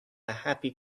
happy